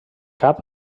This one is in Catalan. cap